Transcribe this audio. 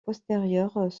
postérieures